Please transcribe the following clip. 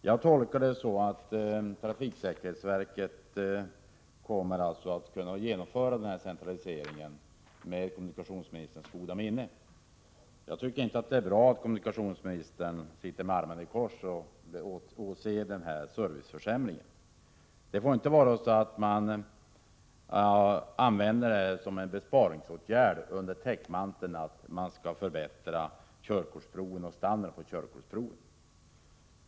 Jag tolkar det så att trafiksäkerhetsverket kommer att kunna genomföra denna decentralisering med kommunikationsministerns goda minne. Jag tycker inte att det är bra att kommunikationsministern sitter med armarna i kors och åser den här serviceförsämringen. Det får inte vara så att man vidtar denna besparingsåtgärd under täckmanteln att man vill förbättra standarden på körkortsproven.